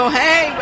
hey